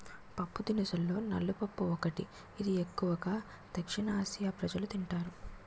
పప్పుదినుసుల్లో నల్ల పప్పు ఒకటి, ఇది ఎక్కువు గా దక్షిణఆసియా ప్రజలు తింటారు